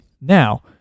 Now